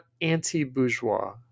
anti-bourgeois